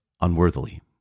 unworthily